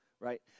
Right